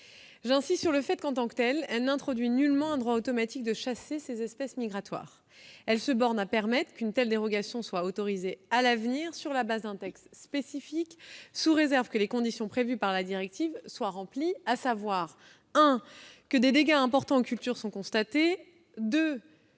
J'insiste sur le fait qu'en tant que telle, elle n'introduit nullement un droit automatique de chasser ces espèces migratoires. Elle se borne à permettre qu'une telle dérogation soit autorisée à l'avenir sur la base d'un texte spécifique, sous réserve que les conditions prévues par la directive soient remplies, à savoir, premièrement, que des dégâts importants aux cultures soient constatés,